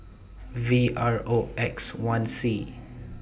V R O X one C